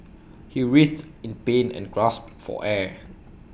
he writhed in pain and grasped for air